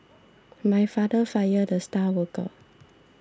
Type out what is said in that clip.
my father fired the star worker